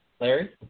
Larry